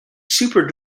super